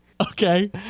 Okay